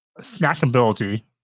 snackability